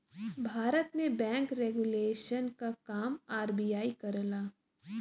भारत में bank regulation क काम आर.बी.आई करला